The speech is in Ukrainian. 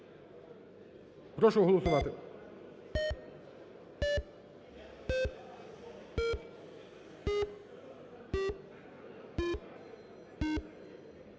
Прошу голосувати.